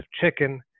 chicken